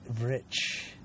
Rich